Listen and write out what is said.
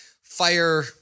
fire